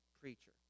preacher